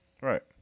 Right